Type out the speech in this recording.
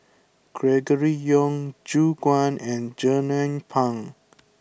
Gregory Yong Gu Juan and Jernnine Pang